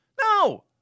No